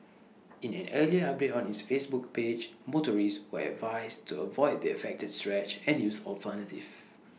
in an earlier update on its Facebook page motorists were advised to avoid the affected stretch and use alternatives